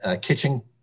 kitchen